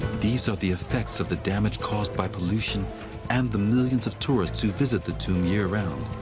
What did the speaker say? these are the effects of the damage caused by pollution and the millions of tourists who visit the tomb year round,